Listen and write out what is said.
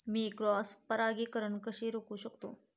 मी cross परागीकरण कसे रोखू शकतो?